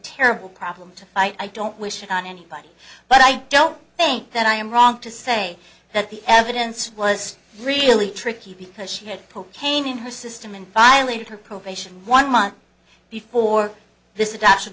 terrible problem to fight i don't wish it on anybody but i don't think that i am wrong to say that the evidence was really tricky because she had cocaine in her system and violated her probation one month before this